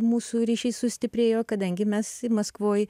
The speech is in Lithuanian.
mūsų ryšys sustiprėjo kadangi mes maskvoj